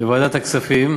בוועדת הכספים,